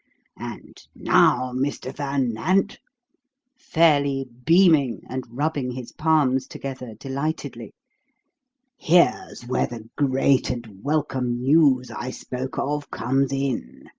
and now, mr. van nant fairly beaming, and rubbing his palms together delightedly here's where the great and welcome news i spoke of comes in.